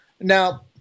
Now